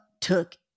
took